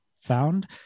found